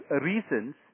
reasons